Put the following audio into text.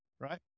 right